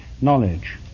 knowledge